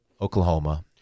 oklahoma